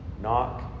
Knock